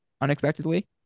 unexpectedly